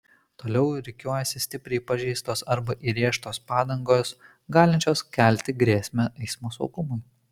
toliau rikiuojasi stipriai pažeistos arba įrėžtos padangos galinčios kelti grėsmę eismo saugumui